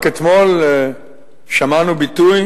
רק אתמול שמענו ביטוי